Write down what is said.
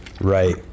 right